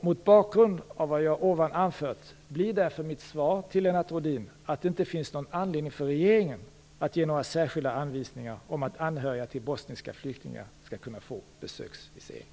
Mot bakgrund av vad jag ovan anfört blir mitt svar till Lennart Rhodin att det inte finns någon anledning för regeringen att ge några särskilda anvisningar om att anhöriga till bosniska flyktingar skall kunna få besöksvisering.